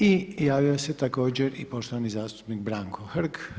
I javio se također i poštovani zastupnik Branko Hrg.